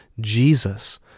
Jesus